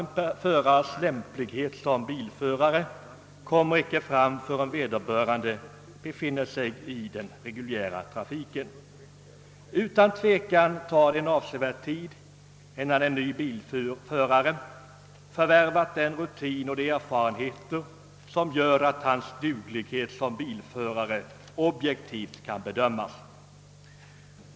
En förares lämplighet att köra bil torde inte framkomma förrän vederbörande kör i den reguljära trafiken, och utan tvivel tar det avsevärd tid innan en ny bilförare förvärvat den rutin och de erfarenheter som gör att hans duglighet som bilförare kan objektivt bedömas.